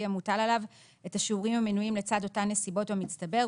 המוטל עליו את השיעורים המנויים לצד אותן נסיבות במצטבר,